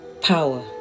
power